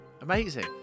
Amazing